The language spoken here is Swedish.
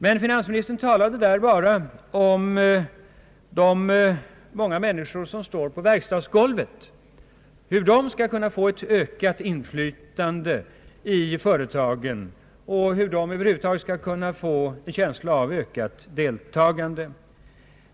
Men finansministern talade där bara om de många människor som står på verkstadsgolvet, hur de skall kunna få ett ökat inflytande i företagen och hur de över huvud taget skall kunna få en känsla av ökat deltagande.